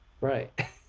Right